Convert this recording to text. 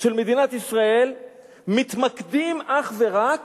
של מדינת ישראל מתמקדים אך ורק